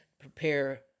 prepare